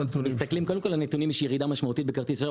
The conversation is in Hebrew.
קודם כל יש ירידה משמעותית בכרטיס אשראי.